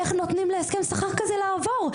איך נותנים להסכם כזה לעבור?